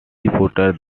reported